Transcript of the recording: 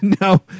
No